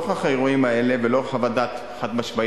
נוכח האירועים האלה ולאור חוות דעת חד-משמעית,